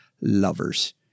lovers